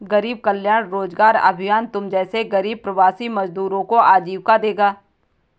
गरीब कल्याण रोजगार अभियान तुम जैसे गरीब प्रवासी मजदूरों को आजीविका देगा